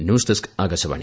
news desk Akashvani